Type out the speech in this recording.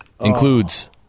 Includes